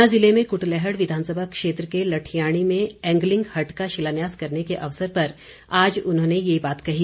ऊना जिले में कुटलैहड़ विधानसभा क्षेत्र के लठियाणी में एंगलिंग हट का शिलान्यास करने के अवसर पर आज उन्होंने ये बात कही